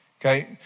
Okay